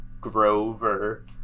grover